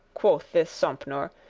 quoth this sompnour,